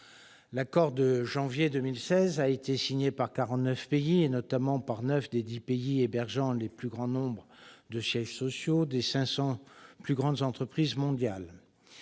L'accord de janvier 2016 a été signé par quarante-neuf pays, notamment par neuf des dix pays hébergeant le plus grand nombre de sièges sociaux des 500 plus grandes entreprises mondiales.